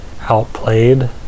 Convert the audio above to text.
outplayed